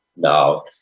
No